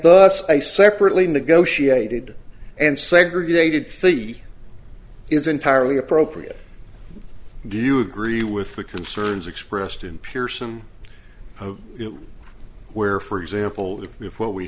a separately negotiated and segregated feed is entirely appropriate do you agree with the concerns expressed in pearson where for example if we have what we